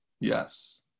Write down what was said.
Yes